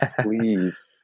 please